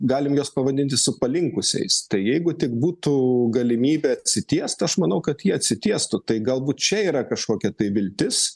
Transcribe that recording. galim juos pavadinti su palinkusiais tai jeigu tik būtų galimybė atsitiest aš manau kad ji atsitiestų tai galbūt čia yra kažkokia tai viltis